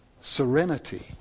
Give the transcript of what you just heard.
serenity